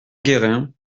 guérin